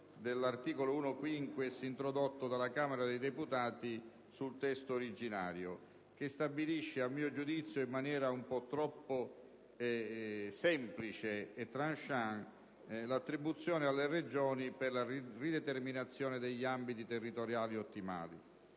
1-*quinquies*, introdotto dalla Camera dei deputati nel testo originario, che stabilisce, a mio giudizio in maniera eccessivamente semplice e *tranchant*, l'attribuzione alle Regioni per la rideterminazione degli ambiti territoriali ottimali.